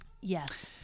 yes